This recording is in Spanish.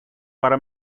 para